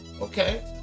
Okay